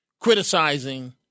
criticizing